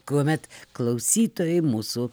kuomet klausytojai mūsų